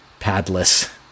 padless